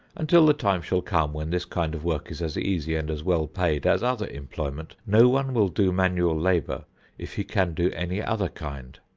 until the time shall come when this kind of work is as easy and as well paid as other employment, no one will do manual labor if he can do any other kind.